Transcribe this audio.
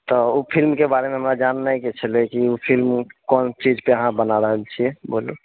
तऽ ओ फिल्मके बारेमे हमरा जानैके छलै कि ओ फिल्म कोन चीज पे अहाँ बनाए रहल छिऐ बोलू